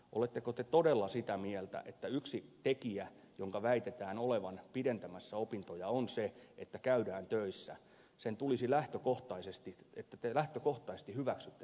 oletteko te todella sitä mieltä kun yksi tekijä jonka väitetään olevan pidentämässä opintoja on se että käydään töissä että te lähtökohtaisesti hyväksytte tämän tilanteen